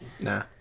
Nah